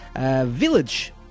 Village